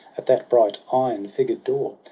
at that bright, iron-figured door.